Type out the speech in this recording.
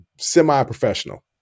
semi-professional